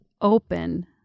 open